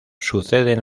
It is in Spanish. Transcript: suceden